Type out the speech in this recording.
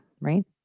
right